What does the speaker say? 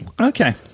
Okay